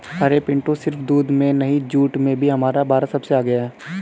अरे पिंटू सिर्फ दूध में नहीं जूट में भी हमारा भारत सबसे आगे हैं